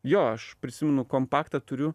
jo aš prisimenu kompaktą turiu